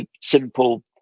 simple